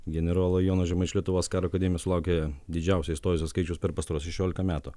generolo jono žemaičio lietuvos karo akademija sulaukė didžiausio įstojusių skaičiaus per pastaruosius šešiolika metų